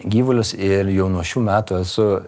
gyvulius ir jau nuo šių metų esu